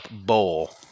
bowl